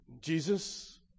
Jesus